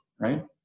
right